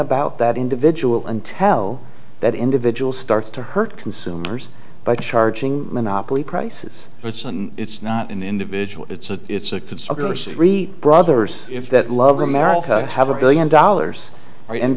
that individual and tell that individual starts to hurt consumers by charging monopoly prices which isn't it's not an individual it's a it's a conspiracy three brothers if that love america have a billion dollars right and